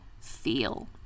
feel